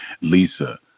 Lisa